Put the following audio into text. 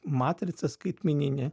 matrica skaitmeninė